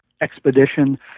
expedition